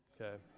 okay